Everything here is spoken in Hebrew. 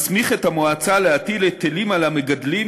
מסמיך את המועצה להטיל היטלים על מגדלים,